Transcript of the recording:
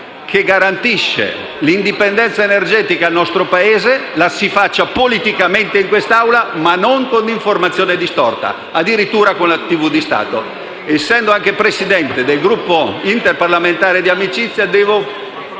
che garantisce l'indipendenza energetica del nostro Paese, lo si faccia politicamente in quest'Assemblea, ma non con una informazione distorta, addirittura sulla televisione di Stato. Essendo anche Presidente del Gruppo interparlamentare di amicizia